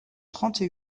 trente